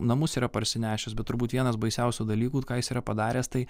namus yra parsinešęs bet turbūt vienas baisiausių dalykų ką jis yra padaręs tai